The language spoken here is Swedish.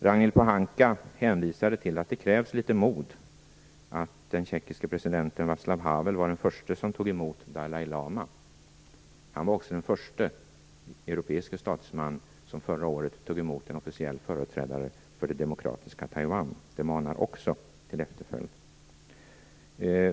Ragnhild Pohanka hänvisade till att det krävs litet mod och att den tjeckiske presidenten Vaclav Havel var den förste som tog emot Dalai lama. Han var också den förste europeiske statsman som förra året tog emot en officiell företrädare för det demokratiska Taiwan. Det manar också till efterföljd.